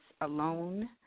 alone